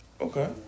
Okay